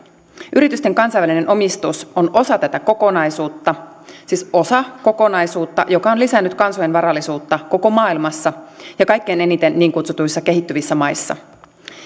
yritysten kansainvälinen omistus on osa tätä kokonaisuutta siis osa kokonaisuutta joka on lisännyt kansojen varallisuutta koko maailmassa ja kaikkein eniten niin kutsutuissa kehittyvissä maissa